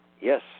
yes